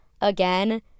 again